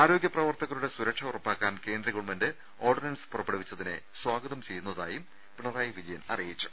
ആരോഗ്യ പ്രവർത്തകരുടെ സുരക്ഷ ഉറപ്പാക്കാൻ കേന്ദ്ര ഗവൺമെന്റ് ഓർഡിനൻസ് പുറപ്പെടുവിച്ചതിനെ സ്വാഗതം ചെയ്യുന്നതായും പിണറായി വിജയൻ അറിയിച്ചു